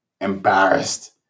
embarrassed